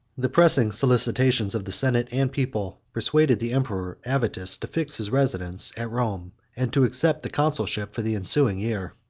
the pressing solicitations of the senate and people persuaded the emperor avitus to fix his residence at rome, and to accept the consulship for the ensuing year.